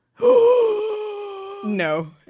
No